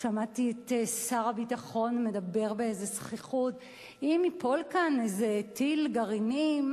שמעתי את שר הביטחון מדבר באיזו זחיחות: אם ייפול כאן איזה טיל גרעיני,